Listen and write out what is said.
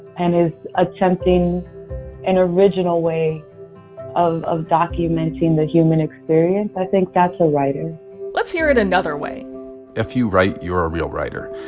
and is attempting an original way of of documenting the human experience i think that's a writer let's hear it another way if you write, you're a real writer.